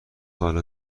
حالا